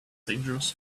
dangerous